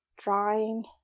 drawing